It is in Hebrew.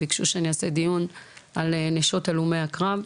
ביקשו שאני אעשה דיון על נשות הלומי הקרב.